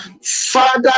father